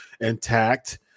intact